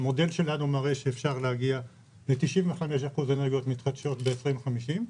המודל שלנו מראה שאפשר להגיע ל-95% אנרגיות מתחדשות ב-2050.